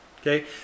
Okay